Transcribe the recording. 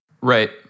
Right